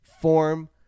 form